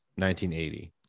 1980